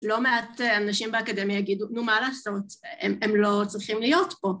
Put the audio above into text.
לא מעט אנשים באקדמיה יגידו, נו מה לעשות, הם הם לא צריכים להיות פה.